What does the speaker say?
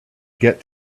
get